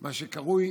מה שקרוי